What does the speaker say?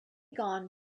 gone